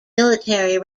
military